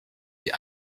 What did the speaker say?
die